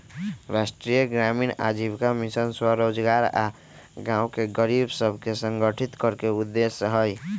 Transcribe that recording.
राष्ट्रीय ग्रामीण आजीविका मिशन स्वरोजगार आऽ गांव के गरीब सभके संगठित करेके उद्देश्य हइ